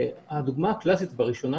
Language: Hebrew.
הדוגמה הקלאסית בראשונה